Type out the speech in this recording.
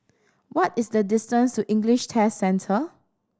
what is the distance to English Test Centre